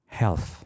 health